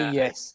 yes